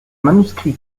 manuscrit